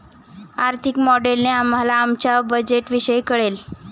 आर्थिक मॉडेलने आम्हाला आमच्या बजेटविषयी कळेल